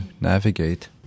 navigate